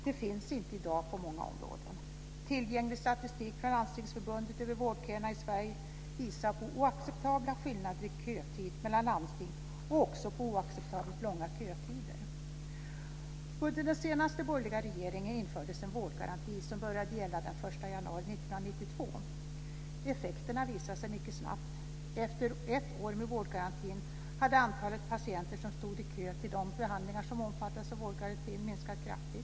Det finns inte i dag på många områden. Tillgänglig statistik från Landstingsförbundet över vårdköerna i Sverige visar på oacceptabla skillnader i kötid mellan landsting och också på oacceptabelt långa kötider. Effekterna visade sig mycket snabbt. Efter ett år med vårdgarantin hade antalet patienter som stod i kö till de behandlingar som omfattades av vårdgarantin minskat kraftigt.